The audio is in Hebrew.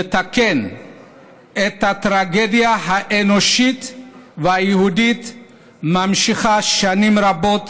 לתקן את הטרגדיה האנושית והיהודית שממשיכה שנים רבות